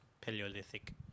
Paleolithic